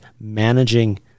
managing